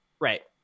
Right